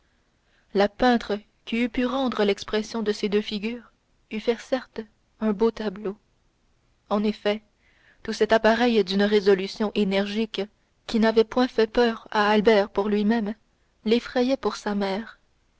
le peintre qui eût pu rendre l'expression de ces deux figures eût fait certes un beau tableau en effet tout cet appareil d'une résolution énergique qui n'avait point fait peur à albert pour lui-même l'effrayait pour sa mère